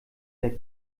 der